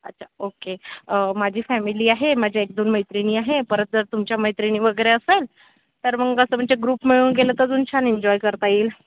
अच्छा ओक्के माझी फॅमिली आहे माझ्या एक दोन मैत्रिणी आहे परत जर तुमच्या मैत्रिणी वगैरे असेल तर मग असं म्हणजे ग्रुप मिळून गेलं तर अजून छान एन्जॉय करता येईल